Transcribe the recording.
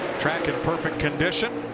track in perfect condition.